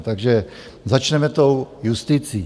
Takže začneme tou justicí.